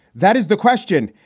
that is the question.